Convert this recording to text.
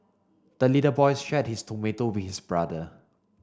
the little boy shared his tomato with his brother